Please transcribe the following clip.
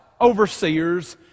overseers